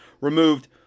removed